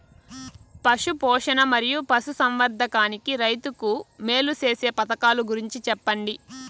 పశు పోషణ మరియు పశు సంవర్థకానికి రైతుకు మేలు సేసే పథకాలు గురించి చెప్పండి?